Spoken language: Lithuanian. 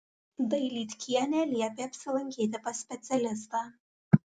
dailydkienė liepė apsilankyti pas specialistą